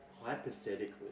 Hypothetically